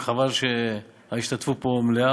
רק חבל שההשתתפות פה מלאה,